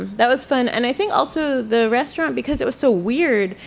that was fun and i think also the restaurant, because it was so weird,